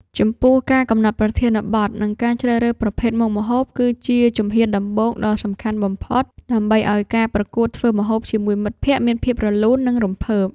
ចំពោះ ការកំណត់ប្រធានបទ និងការជ្រើសរើសប្រភេទមុខម្ហូប គឺជាជំហានដំបូងដ៏សំខាន់បំផុត ដើម្បីឱ្យការប្រកួតធ្វើម្ហូបជាមួយមិត្តភក្តិមានភាពរលូន និងរំភើប។